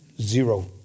zero